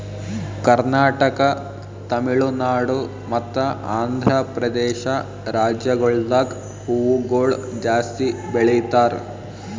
ಕರ್ನಾಟಕ, ತಮಿಳುನಾಡು ಮತ್ತ ಆಂಧ್ರಪ್ರದೇಶ ರಾಜ್ಯಗೊಳ್ದಾಗ್ ಹೂವುಗೊಳ್ ಜಾಸ್ತಿ ಬೆಳೀತಾರ್